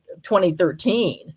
2013